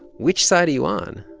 which side are you on?